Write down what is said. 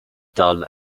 dull